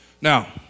Now